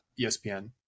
ESPN